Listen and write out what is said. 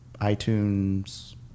itunes